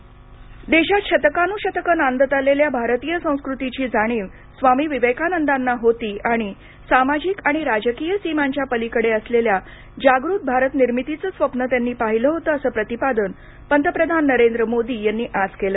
प्रब्द्ध भारत देशात शतकानुशतक नांदत आलेल्या भारतीय संस्कृतीची जाणीव स्वामी विवेकानदांना होती आणि सामाजिक आणि राजकीय सीमांच्या पलीकडे असलेल्या जागृत भारत निर्मितीचं स्वप्न त्यांनी पाहिलं होतं असा प्रतिपादन पंतप्रधान नरेन्द्र मोदी यांनी आज केलं